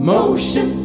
Motion